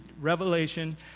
Revelation